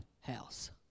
house